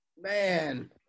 Man